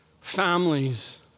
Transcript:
Families